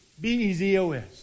B-E-Z-O-S